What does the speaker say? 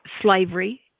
slavery